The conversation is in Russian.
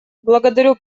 благодарю